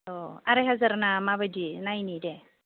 अ' आराय हाजार ना माबायदि नायनि दे